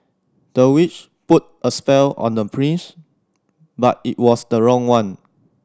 the witch put a spell on the prince but it was the wrong one